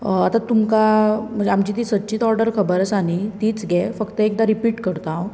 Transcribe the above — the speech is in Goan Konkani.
आतां तुमकां आमची ती सदचीच ऑर्डर खबर आसा न्ही तीच घे फक्त एकदां रिपीट करतां हांव